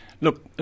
Look